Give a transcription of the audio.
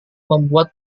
membuat